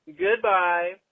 Goodbye